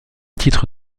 titre